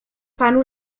panu